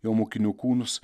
jo mokinių kūnus